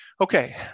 Okay